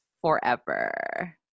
forever